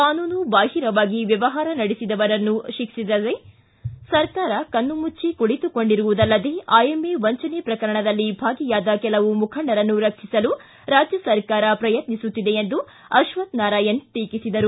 ಕಾನೂನು ಬಾಹಿರವಾಗಿ ವ್ಯವಹಾರ ನಡೆಸಿದವನ್ನು ಶಿಕ್ಷಿಸದೇ ಸರ್ಕಾರ ಕಣ್ಣಮುಚ್ಚಿ ಕುಳಿತುಕೊಂಡಿರುವುದಲ್ಲದೇ ಐಎಂಎ ವಂಚನೆ ಪ್ರಕರಣದಲ್ಲಿ ಭಾಗಿಯಾದ ಕೆಲವು ಮುಖಂಡರನ್ನು ರಕ್ಷಿಸಲು ರಾಜ್ಯ ಸರ್ಕಾರ ಪ್ರಯತ್ನಿಸುತ್ತಿದೆ ಎಂದು ಅಕ್ಷಥ್ ನಾರಾಯಣ ಟೀಕಿಸಿದರು